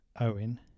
Owen